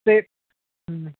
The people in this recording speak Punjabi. ਅਤੇ ਹੂੰ